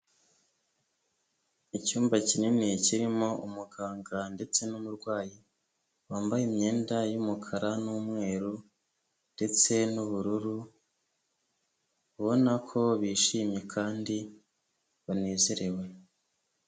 Icyumba kinini kirimo umuganga ndetse n'umurwayi, wambaye imyenda y'umukara n'umweru ndetse n'ubururu, babona ko bishimye kandi banezerewe.